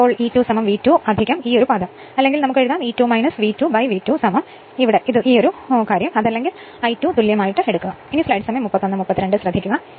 അതിനാൽ cos ∂ 1 അതിനാൽ ഈ പദം E2 V2 അല്ലെങ്കിൽ E2 V2 V2 എഴുതാൻ കഴിയും